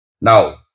now